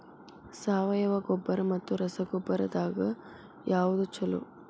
ಸಾವಯವ ಗೊಬ್ಬರ ಮತ್ತ ರಸಗೊಬ್ಬರದಾಗ ಯಾವದು ಛಲೋ?